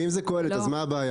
אם זה קהלת, מה הבעיה?